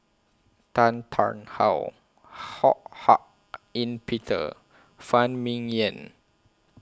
Tan Tarn How Ho Hak Ean Peter Phan Ming Yen